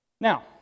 Now